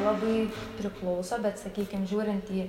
labai priklauso bet sakykim žiūrint į